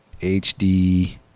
HD